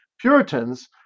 Puritans